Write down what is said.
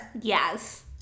Yes